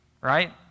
right